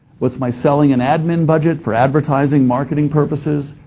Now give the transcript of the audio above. what's my selling and admin budget for advertising, marketing purposes?